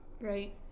Right